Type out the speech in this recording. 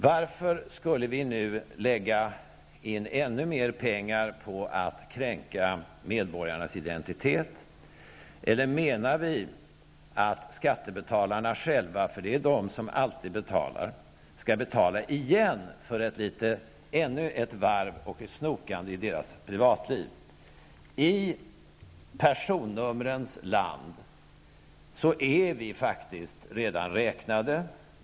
Varför skulle vi nu lägga ännu mer pengar på att kränka medborgarnas identitet? Eller menar vi att skattebetalarna själva, för det är de som alltid betalar, skall betala igen för ännu ett varv av snokande i deras privatliv? I personnumrens land är vi faktiskt redan räknade.